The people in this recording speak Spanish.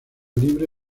libre